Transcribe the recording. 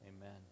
Amen